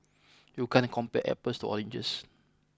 you can't compare apples to oranges